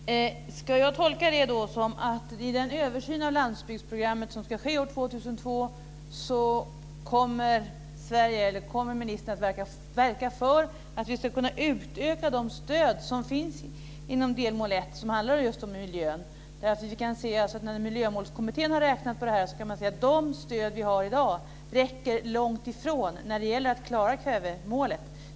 Fru talman! Ska jag tolka det så att vid den översyn av landsbygdsprogrammet som ska ske år 2002 kommer ministern att verka för att vi ska kunna utöka de stöd som finns inom delmål 1 som handlar om miljön? När Miljömålskommittén har räknat på detta har man sett att de stöd som vi har i dag långt ifrån räcker för att klara kvävemålet.